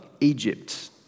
Egypt